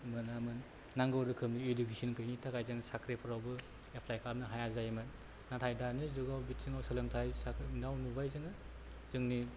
मोनामोन नांगौ रोखोमनि इडुकेसन गैयिनि थाखाय जों साख्रिफोरावबो एप्लाय खालामनो हाया जायोमोन नाथाय दानि जुगाव बिथिङाव सोलोंथाय साख्रिआव नुबाय जोङो जोंनि